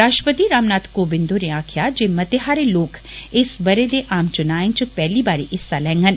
राश्ट्रपति रामनाथ कोविन्द होरे आक्खेआ जे मते होर लोक इस बरे दे आम चुनाएं च पेहली बारी हिस्सा लैंगन